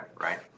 Right